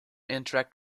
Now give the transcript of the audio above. interact